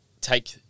take